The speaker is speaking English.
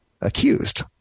accused